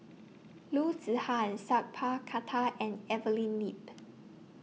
Loo Zihan Sat Pal Khattar and Evelyn Lip